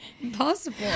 impossible